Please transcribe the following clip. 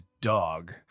dog